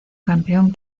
campeón